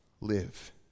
live